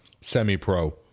Semi-pro